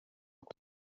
kuko